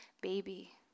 baby